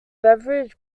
beveridge